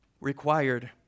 required